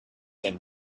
and